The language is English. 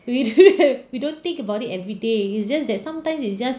we do we don't think about it everyday it's just that sometimes it's just